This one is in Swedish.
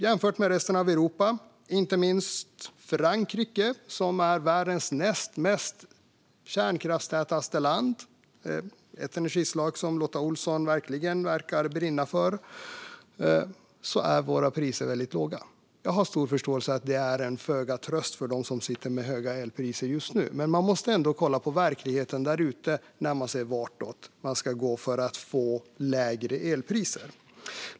Jämfört med resten av Europa - inte minst Frankrike, som är världens näst kärnkraftstätaste land, ett energislag som Lotta Olsson verkligen verkar brinna för - är dock våra priser väldigt låga. Jag har stor förståelse för att det är föga tröst för dem som sitter med höga elpriser just nu, men man måste ändå kolla på verkligheten där ute när man ser vartåt man ska gå för att få lägre elpriser.